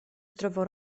zdrowo